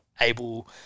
able